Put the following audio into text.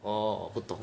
orh 我不懂